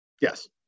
Yes